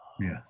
yes